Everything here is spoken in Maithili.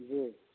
जी